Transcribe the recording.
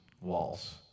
walls